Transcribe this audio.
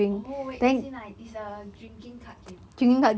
oh wait as in like is a drinking card game ah